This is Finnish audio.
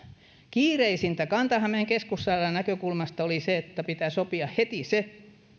kiireisintä kanta hämeen keskussairaalan näkökulmasta oli se että pitää sopia heti se